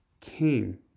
came